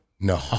No